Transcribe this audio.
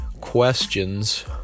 questions